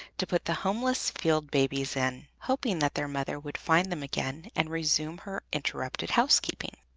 to put the homeless field babies in, hoping that their mother would find them again and resume her interrupted housekeeping.